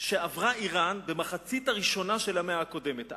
שעברה אירן במחצית הראשונה של המאה הקודמת.